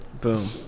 Boom